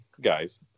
guys